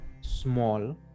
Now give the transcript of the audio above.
small